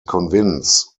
convince